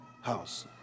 house